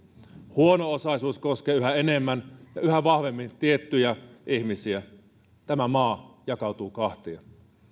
huono osaisuus koskee yhä enemmän ja yhä vahvemmin tiettyjä ihmisiä tämä maa jakautuu kahtia